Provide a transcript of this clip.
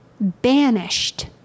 banished